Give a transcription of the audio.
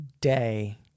day